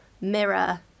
mirror